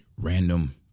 random